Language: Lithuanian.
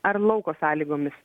ar lauko sąlygomis